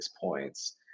points